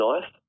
nice